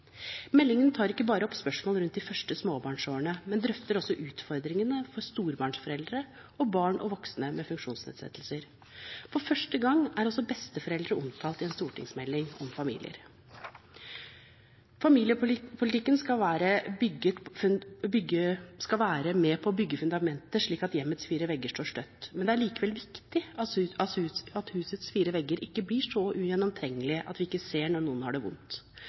Meldingen tar ikke bare opp spørsmål rundt de første småbarnsårene, men drøfter også utfordringene for storbarnsforeldre og barn og voksne med funksjonsnedsettelser. For første gang er også besteforeldre omtalt i en stortingsmelding om familier. Familiepolitikken skal være med på å bygge fundamentet slik at hjemmets fire vegger står støtt, men det er allikevel viktig at husets fire vegger ikke blir så ugjennomtrengelige at vi ikke ser når noen har det vondt.